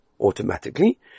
Automatically